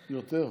יותר?